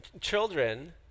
children